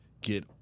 get